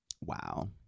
Wow